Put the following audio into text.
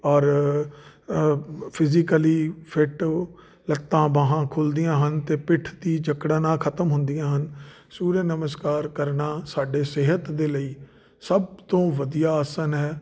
ਔਰ physically fit ਲੱਤਾਂ ਬਾਹਾਂ ਖੁੱਲ੍ਹਦੀਆਂ ਹਨ ਅਤੇ ਪਿੱਠ ਦੀ ਜਕੜਨਾ ਖ਼ਤਮ ਹੁੰਦੀਆਂ ਹਨ ਸੂਰਿਆ ਨਮਸਕਾਰ ਕਰਨਾ ਸਾਡੇ ਸਿਹਤ ਦੇ ਲਈ ਸਭ ਤੋਂ ਵਧੀਆ ਆਸਨ ਹੈ